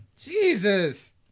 Jesus